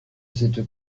cette